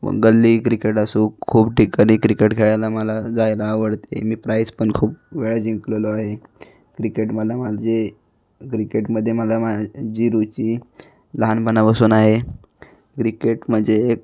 गल्ली क्रिकेट असो खूप ठिकाणी क्रिकेट खेळायला मला जायला आवडते मी प्राईस पण खूप वेळा जिंकलेलो आहे क्रिकेट मला माझे क्रिकेटमध्ये मला माझी रुची लहानपणापसून आहे क्रिकेट म्हणजे एक